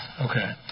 Okay